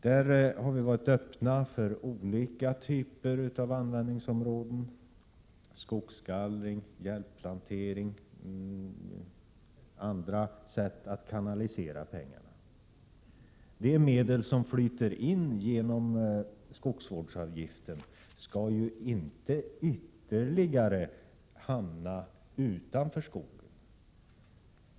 Vi har varit öppna för olika typer av användningsområden: skogsgallring, hjälpplantering, andra sätt att kanalisera pengarna. De medel som flyter in genom skogsvårdsavgiften skall ju inte i större utsträckning än hittills hamna utanför skogen.